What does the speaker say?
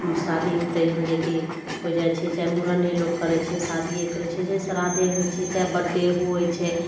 शादीमे तऽ यहाँ जे कि हो जाइ छै चाहे मुड़ने लोग करय छै शादिये करय छै श्राधे होइ छै चाहे बर्थडे होइ छै